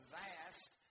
vast